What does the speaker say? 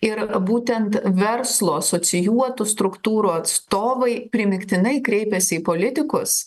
ir būtent verslo asocijuotų struktūrų atstovai primygtinai kreipėsi į politikus